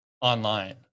online